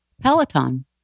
Peloton